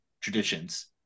traditions